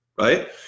right